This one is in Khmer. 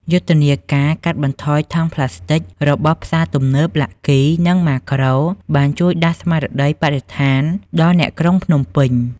យុទ្ធនាការ "កាត់បន្ថយថង់ប្លាស្ទិក" របស់ផ្សារទំនើប ឡាក់គី (Lucky) និង ម៉ាក្រូ (Makro) បានជួយដាស់ស្មារតីបរិស្ថានដល់អ្នកក្រុងភ្នំពេញ។